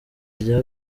rya